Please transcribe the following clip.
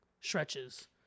stretches